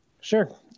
Sure